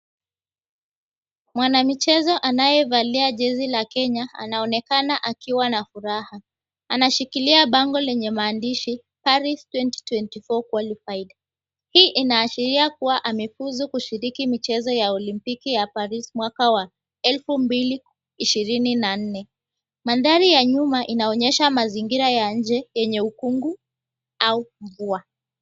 Mwanamichezo aliyevalia jezi la Kenya anaonekana akiwa na furaha. anashikilia bango lenye maandishi, "Paris 2024 Qualified." Hii inaashiria kuwa amefuzu kushiriki michezo ya Olimpiki ya Paris mwaka wa elfu mbili ishirini na nne. Mandhari ya nyuma inaonyesha mazingira ya nje yenye ukungu au mvua.